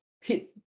hit